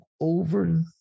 over